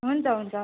हुन्छ हुन्छ